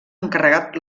encarregat